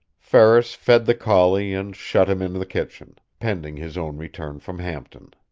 ferris fed the collie and shut him into the kitchen, pending his own return from hampton.